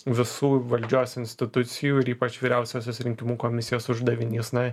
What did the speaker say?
visų valdžios institucijų ir ypač vyriausiosios rinkimų komisijos uždavinys na